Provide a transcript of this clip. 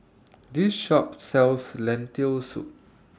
This Shop sells Lentil Soup